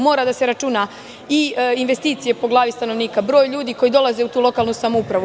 Moraju da se računaju investicije po glavi stanovnika, broj ljudi koji dolaze u tu lokalnu samoupravu.